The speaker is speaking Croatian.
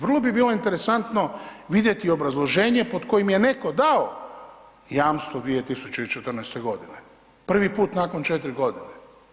Vrlo bi bilo interesantno vidjeti obrazloženje pod kojim je netko dao jamstvo 2014. godine, prvi put nakon 4 godine.